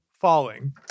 falling